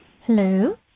Hello